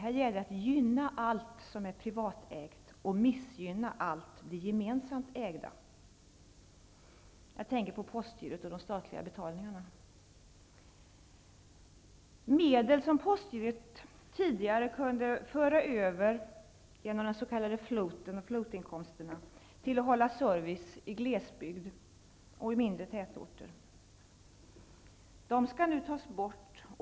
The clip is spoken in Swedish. Här gäller det att gynna allt som är privatägt och missgynna allt det gemensamt ägda. Jag tänker på postgirot och de statliga betalningarna. Medel som postgirot tidigare kunde föra över genom den s.k. floaten och floatinkomsterna för att hålla service i glesbygd och mindre tätorter skall nu tas bort.